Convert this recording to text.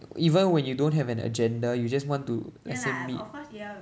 even when you don't have an agenda you just want to let's say meet